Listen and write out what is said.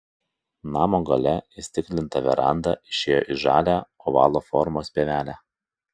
namo gale įstiklinta veranda išėjo į žalią ovalo formos pievelę